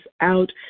out